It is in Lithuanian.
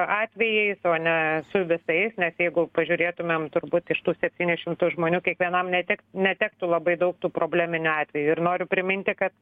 atvejais o ne su visais nes jeigu pažiūrėtumėm turbūt iš tų septynių šimtų žmonių kiekvienam neteks netektų labai daug tų probleminių atvejų ir noriu priminti kad